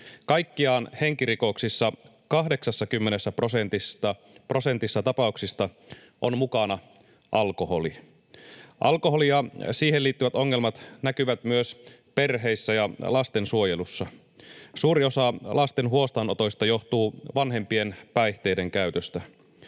Kaikkiaan henkirikoksissa 80 prosentissa tapauksista on mukana alkoholi. Alkoholi ja siihen liittyvät ongelmat näkyvät myös perheissä ja lastensuojelussa. Suuri osa lasten huostaanotoista johtuu vanhempien päihteiden käytöstä.